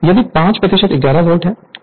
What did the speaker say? यदि 5 प्रतिशत 11 वोल्ट है